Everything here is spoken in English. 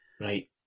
Right